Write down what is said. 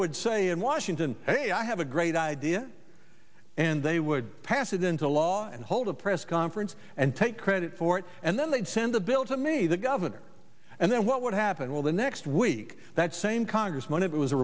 would say in washington hey i have a great idea and they would pass it into law and hold a press conference and take credit for it and then they'd send a bill to me the governor and then what would happen well the next week that same congressman it was a